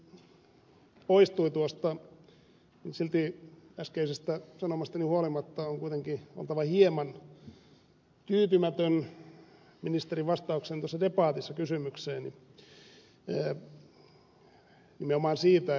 ministeri poistui tuosta silti äskeisestä sanomastani huolimatta on kuitenkin oltava hieman tyytymätön ministerin vastaukseen tuossa debatissa kysymykseeni nimenomaan työvoimakoulutuksesta